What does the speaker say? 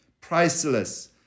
priceless